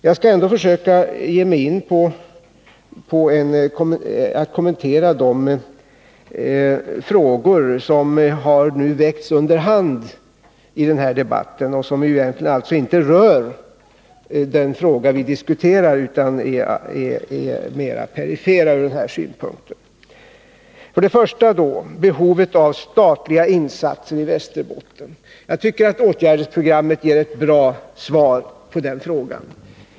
Jag skall ändå försöka att något kommentera de frågor som har väckts under dagens debatt, trots att de egentligen inte rör den fråga vi diskuterar med anledning av interpellationen utan är mera perifera. Till att börja med vill jag gå in på frågan om behovet av statliga insatser i Västerbotten. Jag tycker att åtgärdsprogrammet ger ett bra svar på den frågan.